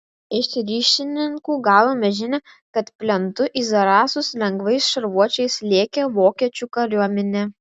iš ryšininkų gavome žinią kad plentu į zarasus lengvais šarvuočiais lėkė vokiečių kariuomenė